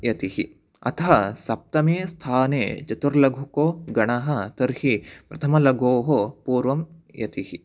यतिः अथ सप्तमे स्थाने चतुर्लघुकः गणः तर्हि प्रथमलघोः पूर्वं यतिः